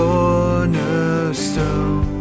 cornerstone